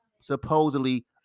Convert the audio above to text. supposedly